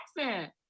accent